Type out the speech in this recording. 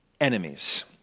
enemies